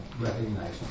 recognize